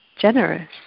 generous